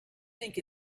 think